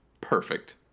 perfect